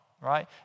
right